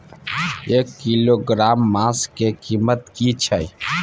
एक किलोग्राम मांस के कीमत की छै?